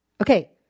Okay